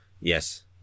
Yes